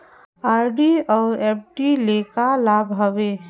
RD अऊ FD ल का लाभ हवे?